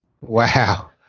Wow